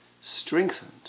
strengthened